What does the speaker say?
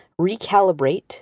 recalibrate